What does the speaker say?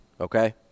okay